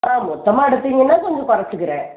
ஆ மொத்தமாக எடுத்தீங்கன்னா கொஞ்சம் குறைச்சிக்கறேன்